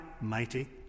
mighty